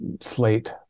slate